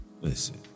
listen